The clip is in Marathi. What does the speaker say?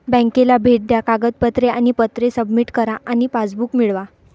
बँकेला भेट द्या कागदपत्रे आणि पत्रे सबमिट करा आणि पासबुक मिळवा